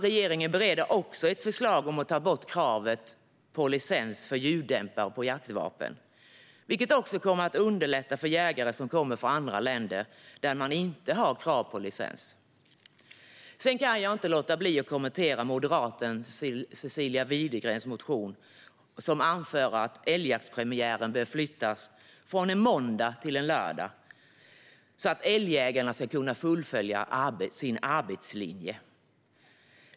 Regeringen bereder också ett förslag om att ta bort kravet på licens för ljuddämpare på jaktvapen, vilket kommer att underlätta för jägare som kommer från andra länder där man inte har krav på licens. Jag kan inte låta bli att kommentera moderaten Cecilia Widegrens motion, som anför att älgjaktspremiären bör flyttas från en måndag till en lördag, så att älgjägarna ska kunna fullfölja arbetslinjen.